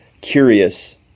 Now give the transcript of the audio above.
curious